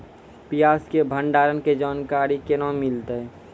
प्याज के भंडारण के जानकारी केना मिलतै?